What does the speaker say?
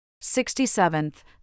Sixty-seventh